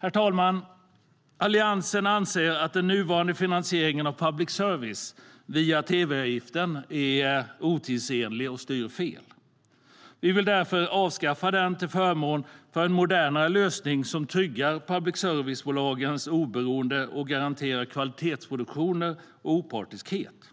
Herr talman! Alliansen anser att den nuvarande finansieringen av public service via tv-avgiften är otidsenlig och styr fel. Vi vill därför avskaffa den till förmån för en modernare lösning som tryggar public service-bolagens oberoende och garanterar kvalitetsproduktioner och opartiskhet.